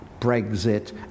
Brexit